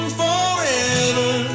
forever